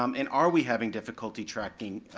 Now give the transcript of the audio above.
um and are we having difficulty tracking,